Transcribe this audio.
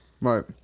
right